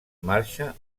marxa